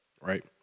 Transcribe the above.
Right